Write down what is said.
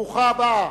ברוכה הבאה,